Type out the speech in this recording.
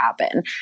happen